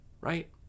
right